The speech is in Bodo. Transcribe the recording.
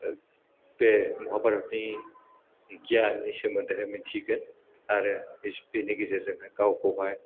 बे महाभारतनि गियाननि सोमोन्दैहाय मिथिगोन आरो बिस बिनि गेजेरजोंहाय गावखौहाय